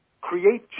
create